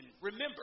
Remember